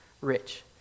rich